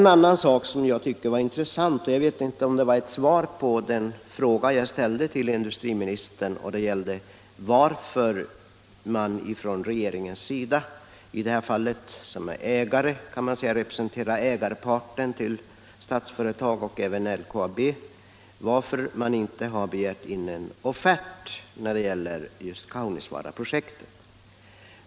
En annan sak som jag tycker är intressant och som jag frågade industriministern om är varför man inte från regeringens sida i egenskap av ägarpart till Statsföretag och även till LKAB begärt in en offert när det gäller Kaunisvaaraprojektet.